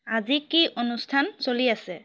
আজি কি অনুষ্ঠান চলি আছে